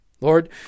Lord